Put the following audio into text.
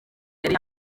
yari